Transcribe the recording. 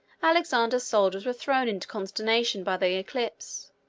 alexander's soldiers were thrown into consternation by the eclipse.